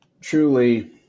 truly